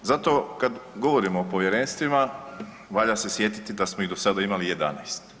Zato kad govorim o povjerenstvima valja se sjetiti da smo ih do sada imali 11.